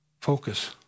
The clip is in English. focus